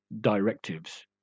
directives